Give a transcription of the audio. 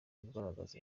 ugaragaza